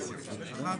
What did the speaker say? נמנע?